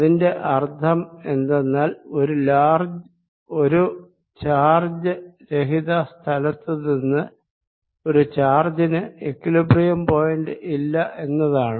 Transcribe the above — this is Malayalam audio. ഇതിന്റെ അർഥം എന്തെന്നാൽ ഒരു ചാർജ് രഹിത സ്ഥലത്തു ഒരു ചാർജിന് ഇക്വിലിബ്രിയം പോയിന്റ് ഇല്ല എന്നതാണ്